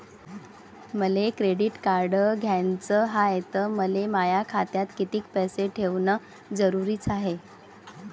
मले credit card घ्याचं हाय, त मले माया खात्यात कितीक पैसे ठेवणं जरुरीच हाय?